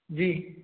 जी